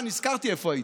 אה, נזכרתי איפה הייתם,